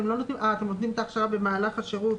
אתם נותנים את ההכשרה במהלך השירות.